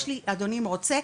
יש לי אם אדוני רוצה,